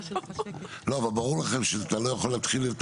אבל ברור לכם שאתה לא יכול להתחיל,